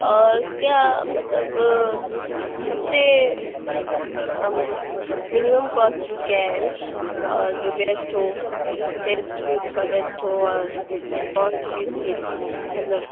اور کیا مطلب سب سے مینیمم کوسٹ میں کیا ہے جو بیسٹ ہو ٹیسٹ بھی اس کا بیسٹ ہو اور کوسٹ بھی اس کی مطلب